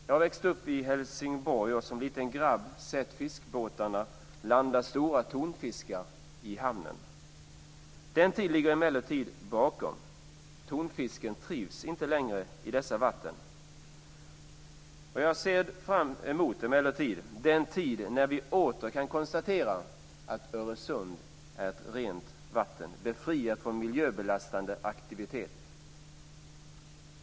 Jag har växt upp i Helsingborg, och jag har som liten grabb sett fiskebåtarna landa stora tonfiskar i hamnen. Den tiden ligger emellertid bakom oss. Tonfisken trivs inte längre i dessa vatten. Jag ser emellertid fram emot den tid när vi åter kan konstatera att Öresund är ett rent vatten, befriat från miljöbelastande aktiviteter.